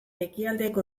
ekialdeko